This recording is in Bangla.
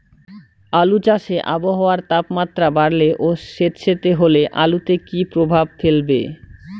আলু চাষে আবহাওয়ার তাপমাত্রা বাড়লে ও সেতসেতে হলে আলুতে কী প্রভাব ফেলবে?